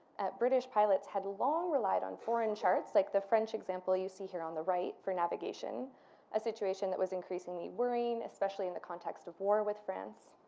at british pilots had long relied on foreign charts like the french example you see here on the right for navigation a situation that was increasingly worrying especially in the context of war with france.